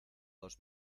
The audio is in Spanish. dos